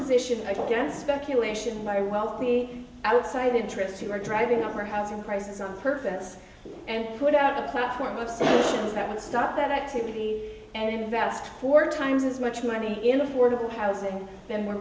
position against speculation by wealthy outside interests who were driving our housing prices on purpose and put out a platform of sanctions that would stop that activity and vast four times as much money in affordable housing